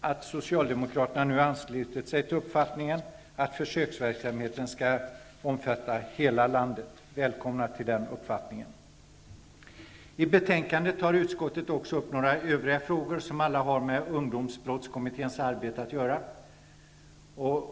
att Socialdemokraterna har anslutit sig till uppfattningen att försöksverksamheten skall omfatta hela landet. Välkomna till den uppfattningen! I betänkandet tar utskottet också upp några övriga frågor som alla har med ungdomsbrottskommitténs arbete att göra.